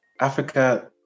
Africa